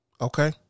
Okay